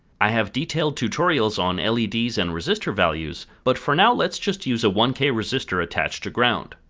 i have detailed tutorials on leds and resistor values, but for now let's just use a one k resistor attached to ground.